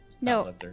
no